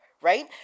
right